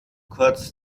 kurz